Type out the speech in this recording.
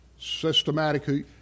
systematically